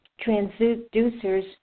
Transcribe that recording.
transducers